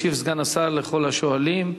ישיב סגן השר לכל השואלים.